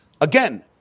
Again